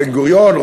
בן-גוריון,